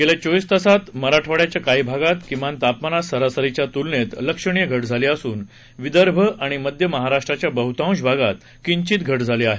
गेल्या चोविस तासात मराठवाड्याच्या काही भागात किमान तापमानात सरासरीच्या तुलनेत लक्षणिय घट झाली असून विदर्भ आणि मध्य महाराष्ट्राच्या बहुतांश भागात किंचित घट झाली आहे